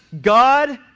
God